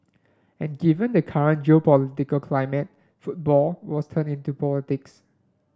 and given the current geopolitical climate football was turned into politics